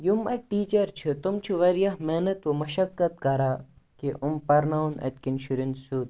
یِم اَتہِ ٹیٖچَر چھِ تِم چھِ واریاہ محنت و مشقت کَران کہِ یِم پَرناوان اَتہِ کٮ۪ن شُرٮ۪ن سیوٚد